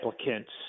applicants